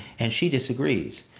and she disagrees.